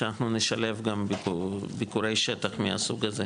שאנחנו נשלב גם ביקורי שטח מהסוג הזה.